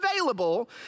available